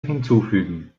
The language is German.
hinzufügen